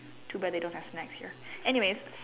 too bad they don't have snacks here anyway